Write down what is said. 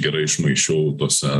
gerai išmaišiau tose